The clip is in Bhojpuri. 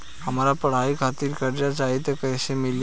हमरा पढ़ाई खातिर कर्जा चाही त कैसे मिली?